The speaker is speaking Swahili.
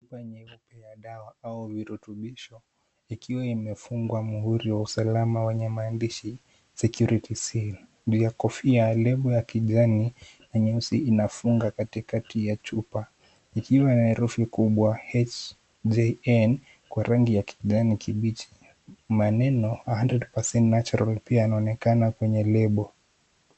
Chupa nyeupe ya dawa au virutubisho ikiwa imefungwa muhuri wa usalama wenye maandishi security seal . Juu ya kofia lebo ya kijani na nyeusi inafunga katikati ya chupa ikiwa ya herufi kubwa HJN kwa rangi ya kijani kibichi. Maneno 100% natural pia yanaonekana kwenye lebo.